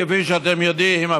כפי שאתם יודעים,